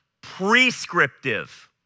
prescriptive